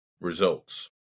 results